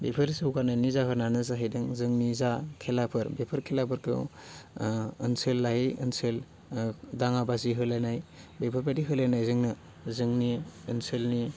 बेफोर जौगानायनि जाहोनानो जाहैदों जोंनि जा खेलाफोर बेफोर खेलाफोरखौ ओनसोल लायै ओनसोल दाङाबाजि होलायनाय बेफोरबायदि होलायनायजोंनो जोंनि ओनसोलनि